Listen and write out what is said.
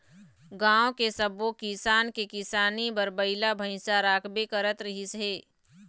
गाँव के सब्बो किसान के किसानी बर बइला भइसा राखबे करत रिहिस हे